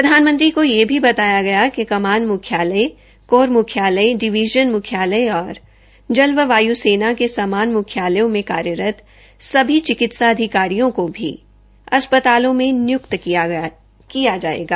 प्रधानमंत्री ने यह भी बताया कि कि कमान मुख्यालय कोर मुख्यालय डिविजन म्ख्यालय और जल व वाय् सेना के समान म्ख्यालयों में कार्यरत सभी चिकित्सा अधिकारियों को भी अस्पतालों में नि्यक्त किया जायेगा